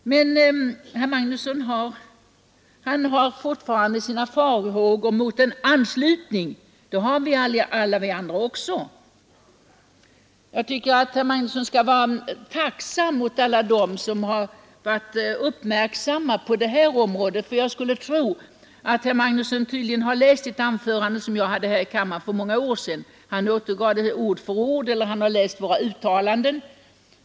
Herr Magnusson har fortfarande sina farhågor mot en anslutning. Det har alla vi andra också. Jag tycker att herr Magnusson skall vara tacksam mot alla dem som varit uppmärksamma på det här området. Herr Magnusson har tydligen läst ett anförande som jag hade här i kammaren för ett par år sedan. Han återgav anförandet ord för ord.